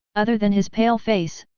other than his pale face,